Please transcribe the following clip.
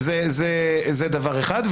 זה דבר אחד.